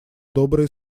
добрые